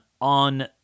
on